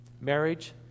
marriage